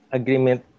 agreement